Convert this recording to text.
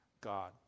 God